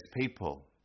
people